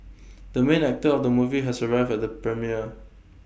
the main actor of the movie has arrived at the premiere